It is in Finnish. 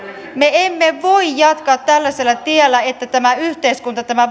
me emme voi jatkaa tällaisella tiellä että tämä yhteiskunta tämä